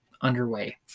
underway